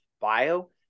bio